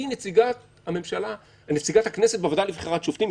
היא נציגת הכנסת בוועדה לבחירת שופטים.